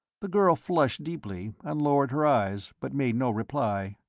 the girl flushed deeply, and lowered her eyes, but made no reply.